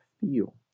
feel